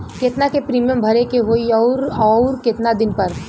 केतना के प्रीमियम भरे के होई और आऊर केतना दिन पर?